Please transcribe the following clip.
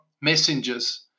messengers